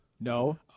No